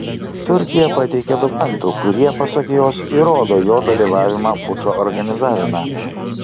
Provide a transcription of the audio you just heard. turkija pateikė dokumentų kurie pasak jos įrodo jo dalyvavimą pučo organizavime